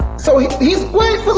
so he's? wait